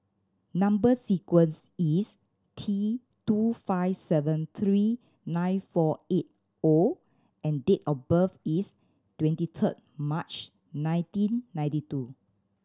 number sequence is T two five seven three nine four eight O and date of birth is twenty third March nineteen ninety two